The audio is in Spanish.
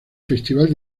festival